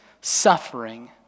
suffering